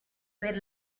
per